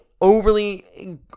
overly